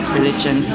religion